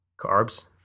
Carbs